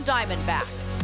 Diamondbacks